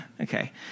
okay